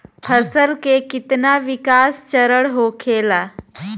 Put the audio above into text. फसल के कितना विकास चरण होखेला?